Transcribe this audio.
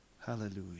Hallelujah